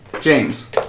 James